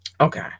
Okay